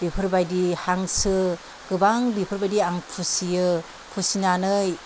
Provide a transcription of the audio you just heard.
बेफोरबायदि हांसो गोबां बेफोरबायदि आं फिसियो फिसिनानै